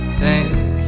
thank